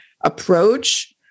approach